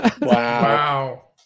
Wow